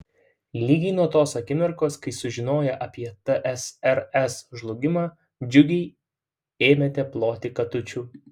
lygiai nuo tos akimirkos kai sužinoję apie tsrs žlugimą džiugiai ėmėte ploti katučių